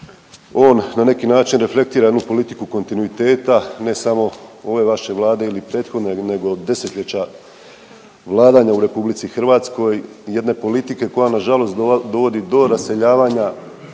on na neki način reflektira jednu politiku kontinuiteta ne samo ove vaše Vlade ili prethodne nego desetljeća vladanja u RH i jedne politike koja nažalost dovodi do raseljavanja